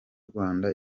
rwanda